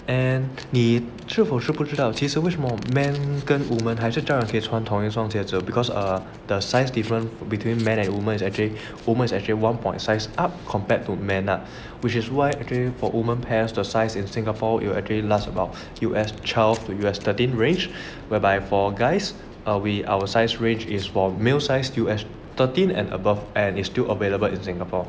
and he 你是否知不道其实 man 跟 women 还是照样给穿同一双鞋子 because err the size different between man and women is actually women is actually one point size up compared to man ah which is why for women pair the size is singapore will actually last about U_S twelve to U_S thirteen range where by for guys err we our size range is for male size U_S thirteen above and err is still available in singapore